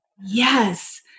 Yes